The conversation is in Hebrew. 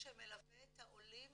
שמלווה את העולים